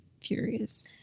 furious